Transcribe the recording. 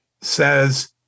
says